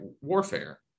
warfare